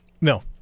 No